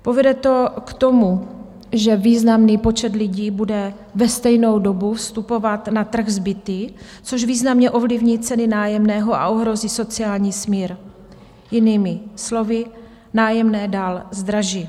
Povede to k tomu, že významný počet lidí bude ve stejnou dobu vstupovat na trh s byty, což významně ovlivní ceny nájemného a ohrozí sociální smír, jinými slovy, nájemné dál zdraží.